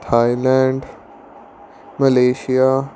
Thailand Malaysia